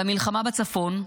והמלחמה בצפון?